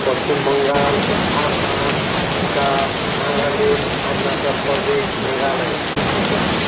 Paschim Bangal Assam Odisha Nagaland Arunachal Pradesh Meghalaya